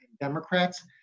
Democrats